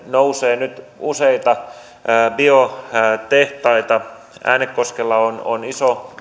nousee nyt useita biotehtaita äänekoskella on on iso